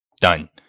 done